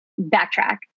backtrack